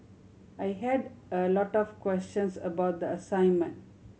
I had a lot of questions about the assignment